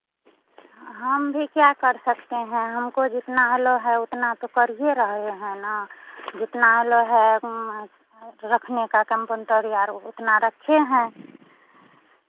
हम भी क्या कर सकते हैं हमको जितना अलाउ है उतना तो करिए रहे हैं ना जितना अलाउ है रखने का कम्पाउंटर यार उतना रखे हैं